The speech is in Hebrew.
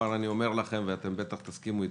כבר אני אומר לכם, ואתם בטח תסכימו איתי,